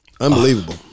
Unbelievable